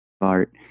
art